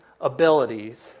abilities